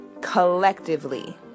collectively